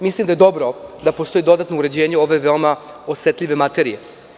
Mislim da je dobro da postoji dodatno uređenje ove veoma osetljive materije.